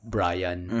Brian